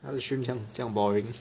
他的 stream 这样 boring